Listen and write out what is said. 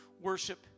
worship